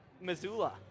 Missoula